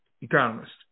economist